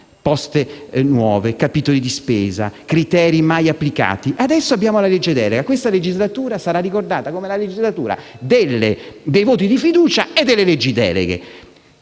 poste nuove, capitoli di spesa, criteri mai applicati. Adesso abbiamo la legge delega. Questa legislatura sarà ricordata per i voti di fiducia e le leggi delega.